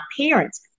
parents